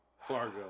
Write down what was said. Fargo